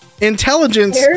Intelligence